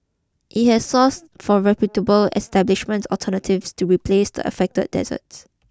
it has sourced from reputable establishments alternatives to replace the affected desserts